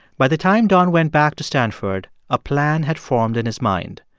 by the time don went back to stanford, a plan had formed in his mind.